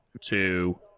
two